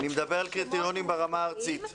אני מדבר על קריטריונים ברמה הארצית.